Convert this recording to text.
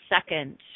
second